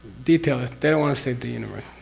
detailist, they don't want to save the universe.